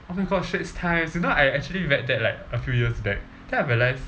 oh my god straits times you know I actually read that like a few years back then I realised